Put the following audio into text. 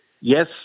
yes